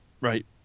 right